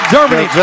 Germany